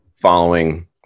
following